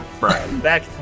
Back